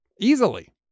easily